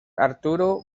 arturo